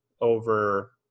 over